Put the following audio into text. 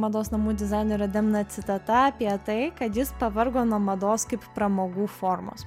mados namų dizainerio demna citata apie tai kad jis pavargo nuo mados kaip pramogų formos